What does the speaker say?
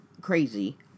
crazy